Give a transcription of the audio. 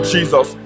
Jesus